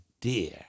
dear